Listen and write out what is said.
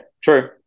true